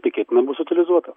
tikėtinai bus utilizuota